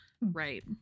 right